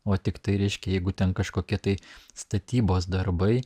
o tiktai reiškia jeigu ten kažkokie tai statybos darbai